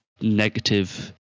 negative